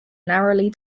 narrowly